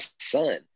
son